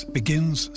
begins